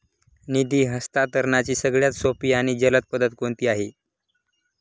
निधी हस्तांतरणाची सगळ्यात सोपी आणि जलद पद्धत कोणती आहे?